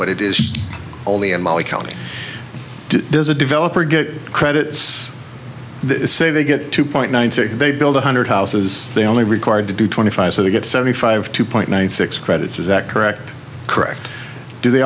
but it is only in mali county does a developer get credits they say they get two point nine zero they build one hundred houses they only required to do twenty five so they get seventy five two point nine six credits is that correct correct do they